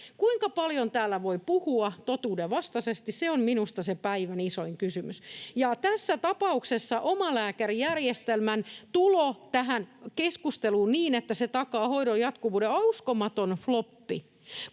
kuinka paljon täällä voi puhua totuudenvastaisesti, on minusta se päivän isoin kysymys. [Pia Sillanpään välihuuto] Tässä tapauksessa omalääkärijärjestelmän tulo tähän keskusteluun niin, että se takaa hoidon jatkuvuuden, on uskomaton floppi.